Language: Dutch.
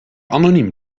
anoniem